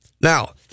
Now